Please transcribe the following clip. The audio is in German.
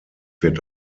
wird